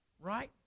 right